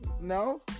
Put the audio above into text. No